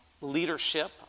leadership